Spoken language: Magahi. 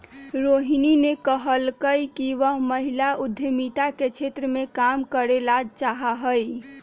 रोहिणी ने कहल कई कि वह महिला उद्यमिता के क्षेत्र में काम करे ला चाहा हई